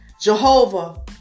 Jehovah